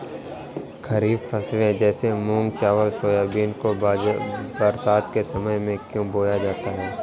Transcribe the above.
खरीफ फसले जैसे मूंग चावल सोयाबीन को बरसात के समय में क्यो बोया जाता है?